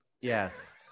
yes